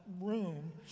room